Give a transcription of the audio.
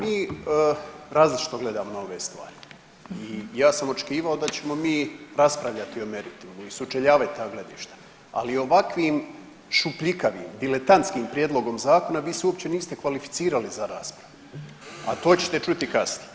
Mi različito gledamo na ove stvari i ja sam očekivao da ćemo mi raspravljati o meritumu i sučeljavat ta gledišta, ali ovakvim šupljikavim diletantskim prijedlogom zakona vi se uopće niste kvalificirali za rasprave, a to ćete čuti kasnije.